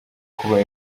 kuba